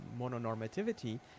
mononormativity